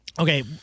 Okay